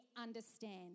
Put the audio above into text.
understand